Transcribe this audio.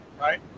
Right